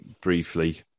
briefly